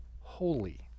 holy